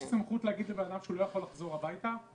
יש סמכות להגיד לאדם שהוא לא יכול לחזור לביתו?